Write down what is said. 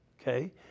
Okay